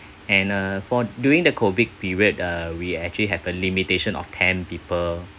and uh for during the COVID period uh we actually have a limitation of ten people